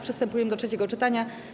Przystępujemy do trzeciego czytania.